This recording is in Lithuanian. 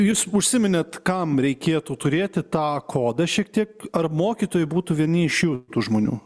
jūs užsiminėt kam reikėtų turėti tą kodą šiek tiek ar mokytojai būtų vieni iš šių tų žmonių